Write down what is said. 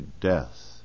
death